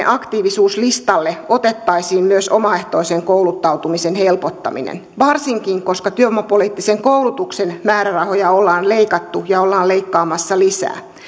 aktiivisuuslistalle otettaisiin myös omaehtoisen kouluttautumisen helpottaminen varsinkin koska työvoimapoliittisen koulutuksen määrärahoja on leikattu ja ollaan leikkaamassa lisää